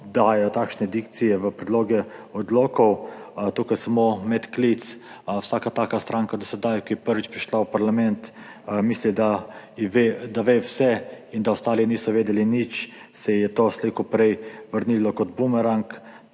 dajejo takšne dikcije v predloge odlokov. Tukaj samo medklic, vsaki taki stranki do sedaj, ki je prvič prišla v parlament in misli, da ve vse in da ostali niso vedeli nič, se je to slej kot prej vrnilo kot bumerang.